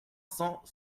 cent